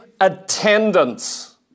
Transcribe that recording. attendance